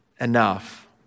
Enough